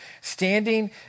standing